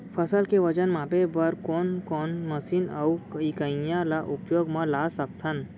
फसल के वजन मापे बर कोन कोन मशीन अऊ इकाइयां ला उपयोग मा ला सकथन?